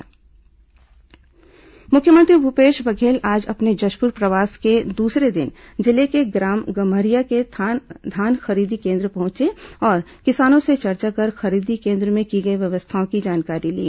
मुख्यमंत्री जशपुर दौरा मुख्यमंत्री भूपेश बघेल आज अपने जशपुर प्रवास के दूसरे दिन जिले के ग्राम गम्हरिया के धान खरीदी केन्द्र पहुंचे और किसानों से चर्चा कर खरीदी केन्द्र में की गई व्यवस्थाओं की जानकारी ली